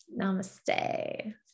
namaste